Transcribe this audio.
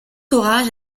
orage